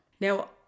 Now